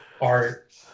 art